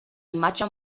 imatge